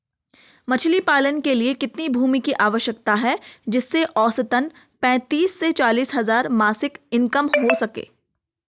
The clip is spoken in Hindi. मछली पालन के लिए कितनी भूमि की आवश्यकता है जिससे औसतन पैंतीस से चालीस हज़ार मासिक इनकम हो सके?